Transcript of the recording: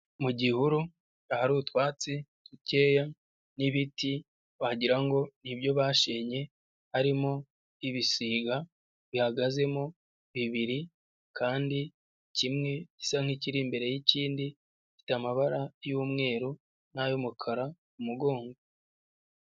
Mu gihuru, ahari utwatsi dukeya n'ibiti, wagirango nibyo bashenye, harimo, ibisiga, bihagazemo, bibiri, kandi kimwe gisa nk'ikiri imbere y'ikindi, gifite amabara y'umweru n'ayumukara mu mugongo.